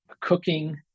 cooking